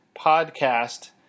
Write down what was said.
Podcast